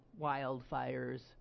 wildfires